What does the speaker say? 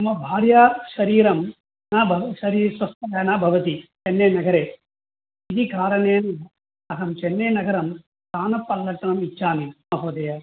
मम भार्या शरीरं न बव् शरी स्वस्थं न भवति चन्नै नगरे इति कारणेन अहं चेन्नै नगरं स्थानपल्लटम् इच्छामि महोदय